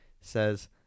says